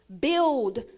build